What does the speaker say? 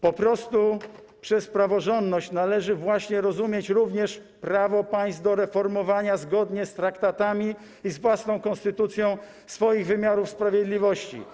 Po prostu przez praworządność należy rozumieć również prawo państw do reformowania zgodnie z traktatami i z własną konstytucją swoich wymiarów sprawiedliwości.